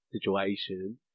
situation